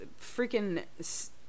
freaking